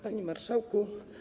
Panie Marszałku!